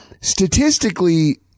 Statistically